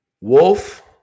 Wolf